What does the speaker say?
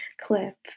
clip